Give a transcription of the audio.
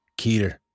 Keter